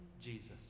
Jesus